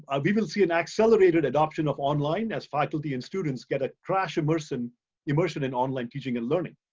ah we will see an accelerated adoption of online as faculty and students get a crash immersion immersion in online teaching and learning.